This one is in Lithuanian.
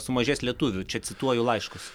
sumažės lietuvių čia cituoju laiškus